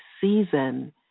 season